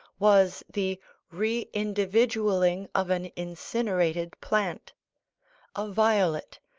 was the re-individualling of an incinerated plant a violet,